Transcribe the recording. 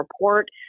report